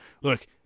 look